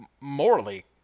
morally